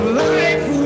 life